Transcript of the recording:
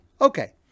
Okay